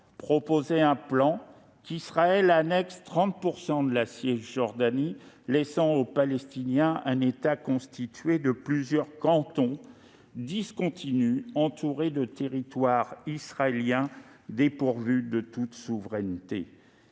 dans un plan qu'Israël annexe 30 % de la Cisjordanie, laissant aux Palestiniens un État constitué de plusieurs cantons discontinus et entourés de territoires israéliens, dépourvu de toute souveraineté.